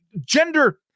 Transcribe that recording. gender